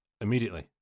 immediately